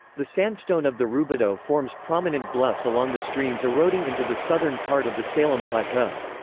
the sandstone of the roubidoux forms prominent bluffs along the streams eroding into the southern part of the salem plateau.